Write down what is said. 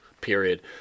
Period